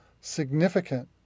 significant